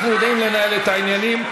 אנחנו יודעים לנהל את העניינים.